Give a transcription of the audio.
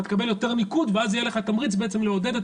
אתה תקבל יותר ניקוד ואז יהיה לך תמריץ בעצם לעודד את